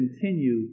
continue